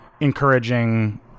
encouraging